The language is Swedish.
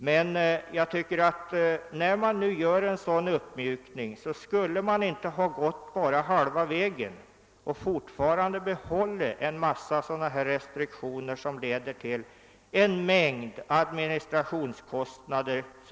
Men när man nu gör en sådan uppmjukning borde man inte ha gått bara halva vägen; man behåller fortfarande en massa restriktioner som leder till enligt min mening onödiga administrationskostnader.